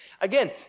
Again